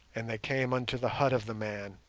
and they came unto the hut of the man,